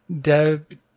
Deb